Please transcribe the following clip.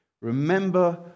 Remember